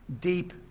deep